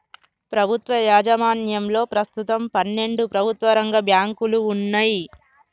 ప్రభుత్వ యాజమాన్యంలో ప్రస్తుతం పన్నెండు ప్రభుత్వ రంగ బ్యాంకులు వున్నయ్